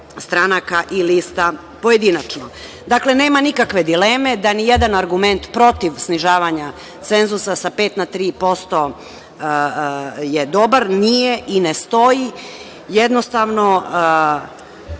stranaka i lista pojedinačno. Dakle, nema nikakve dileme da ni jedan argument protiv snižavanja cenzusa sa 5% na 3% je dobar nije i ne stoji. Jednostavno,